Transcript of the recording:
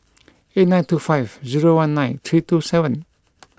eight nine two five zero one nine three two seven